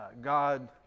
God